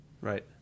Right